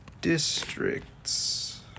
Districts